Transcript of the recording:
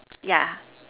yeah